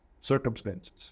circumstances